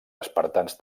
espartans